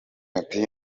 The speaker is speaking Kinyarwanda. ati